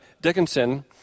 Dickinson